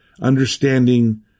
understanding